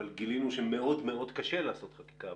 אבל גילינו שמאוד מאוד קשה לעשות חקיקה.